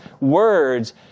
words